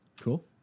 Cool